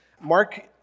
Mark